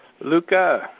Luca